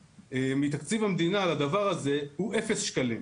מתקציב המדינה לדבר הזה הוא אפס שקלים.